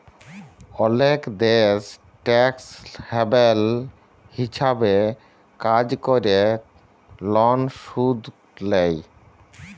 অলেক দ্যাশ tax haven হিছাবে কাজ ক্যরে লন শুধ লেই